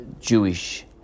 Jewish